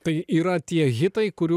tai yra tie hitai kurių